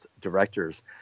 directors